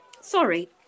sorry